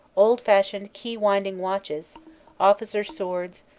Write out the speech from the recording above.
old-fashioned key winding watches officers' swords,